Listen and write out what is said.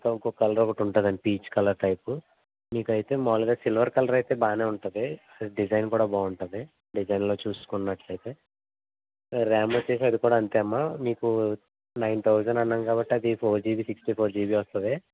ఇంకొక కలర్ ఒకటి ఉంటుందండి పీచ్ కలర్ టైపు మీకైతే మామూలుగా సిల్వర్ కలర్ అయితే బాగానే ఉంటుంది డిజైన్ కూడా బాగుంటుంది డిజైన్లో చూసుకున్నట్లయితే ర్యామ్ వచ్చేసి అది కూడా అంతే అమ్మ మీకు నైన్ తౌజండ్ అన్నాం కాబట్టి అది four GB sixty four GB వస్తుంది